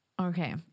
Okay